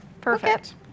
perfect